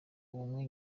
ubumwe